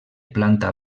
planta